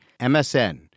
MSN